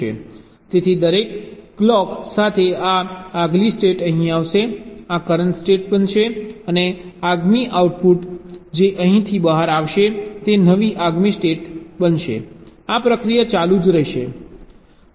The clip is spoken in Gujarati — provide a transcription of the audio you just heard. તેથી દરેક ક્લોક સાથે આ આગલી સ્ટેટ અહીં આવશે આ કરંટ સ્ટેટ બનશે અને આગામી આઉટપુટ જે અહીંથી બહાર આવશે તે નવી આગામી સ્ટેટ બનશે આ પ્રક્રિયા ચાલુ રહે છે